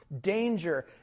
Danger